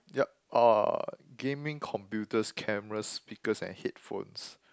yup uh gaming computers cameras speakers and headphones